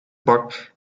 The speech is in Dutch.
pak